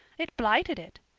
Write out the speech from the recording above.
it blighted it.